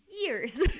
years